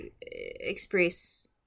express